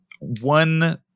one